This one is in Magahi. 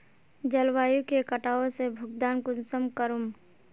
जलवायु के कटाव से भुगतान कुंसम करूम?